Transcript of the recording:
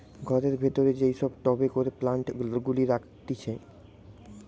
ঘরের ভিতরে যেই সব টবে করে প্লান্ট গুলা রাখতিছে